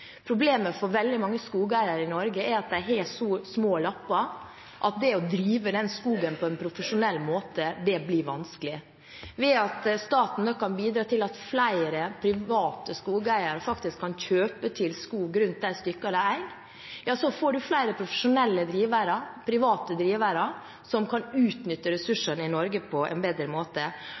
Problemet for veldig mange skogeiere i Norge er at de har så små lapper at det å drive den skogen på en profesjonell måte blir vanskelig. Ved at staten nå kan bidra til at flere private skogeiere kan kjøpe til skog rundt de stykkene de eier, får en flere profesjonelle drivere, private drivere, som kan utnytte ressursene i Norge på en bedre måte.